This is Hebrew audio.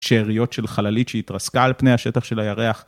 שאריות של חללית שהתרסקה על פני השטח של הירח.